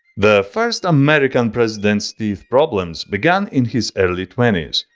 the first american president's teeth problems began in his early twenty s.